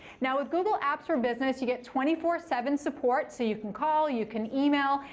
now with google apps for business, you get twenty four seven support so you can call. you can email.